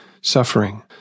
Suffering